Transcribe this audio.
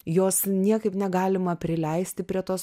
jos niekaip negalima prileisti prie tos